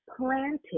Planted